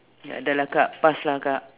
dah lah kak pass lah akak